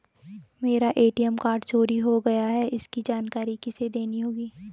मेरा ATM card चोरी हो गया है इसकी जानकारी किसे देनी होगी?